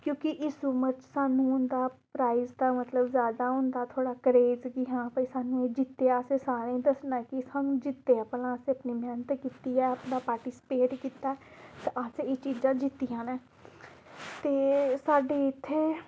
क्योंकि इस उमर च सानूं होंदा प्राइज दा मतलब जादा होंदा थोह्ड़ा क्रेज कि हां भाई सानूं जित्तेआ असें सारें गी दस्सना कि सानूं जित्तेआ भला असें अपनी मेह्नत कीती ऐ अपना पार्टिस्पेट कीता ते असें एह् चीजां जित्तियां न ते साड्डे इत्थें